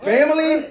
Family